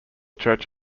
church